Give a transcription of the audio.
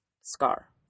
scar